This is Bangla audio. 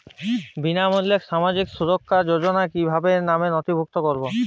বিনামূল্যে সামাজিক সুরক্ষা যোজনায় কিভাবে নামে নথিভুক্ত করবো?